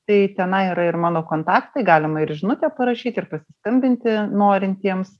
tai tenai yra ir mano kontaktai galima ir žinutę parašyt ir pasiskambinti norintiems